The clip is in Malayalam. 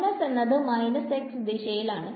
മൈനസ് എന്നത് ദിശയിലാണ്